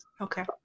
Okay